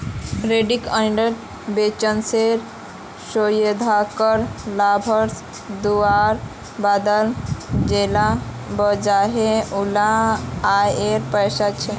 retained earning बिज्नेसेर शेयरधारकोक लाभांस दुआर बाद जेला बचोहो उला आएर पैसा छे